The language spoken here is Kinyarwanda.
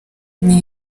niyo